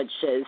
says